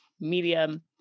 medium